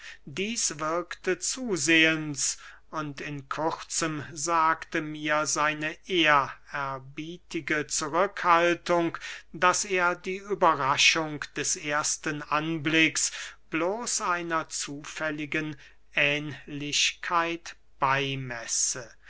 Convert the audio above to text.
dieß wirkte zusehends und in kurzem sagte mir seine ehrerbietige zurückhaltung daß er die überraschung des ersten anblicks bloß einer zufälligen ähnlichkeit beymesse